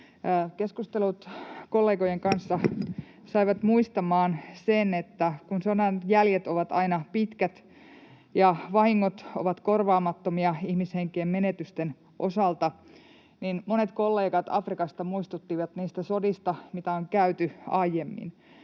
Keskustelut kollegojen kanssa saivat muistamaan sen, että sodan jäljet ovat aina pitkät ja vahingot ovat korvaamattomia ihmishenkien menetysten osalta, ja monet kollegat Afrikasta muistuttivat niistä sodista, mitä on käyty aiemmin,